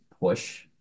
push